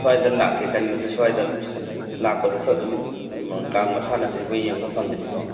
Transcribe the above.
ꯁ꯭ꯋꯥꯏꯗ ꯂꯥꯛꯀꯦ ꯈꯟꯕꯅꯤ ꯁ꯭ꯋꯥꯏꯗ ꯑꯗꯨꯝ ꯂꯥꯛꯄꯗꯁꯨ ꯑꯗꯨꯝ ꯀꯥꯡ ꯃꯁꯥꯟꯅꯁꯦ ꯑꯩꯈꯣꯏ ꯌꯦꯡꯕ ꯐꯪꯒꯅꯤꯀꯣ